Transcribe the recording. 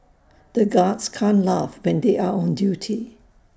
the guards can't laugh when they are on duty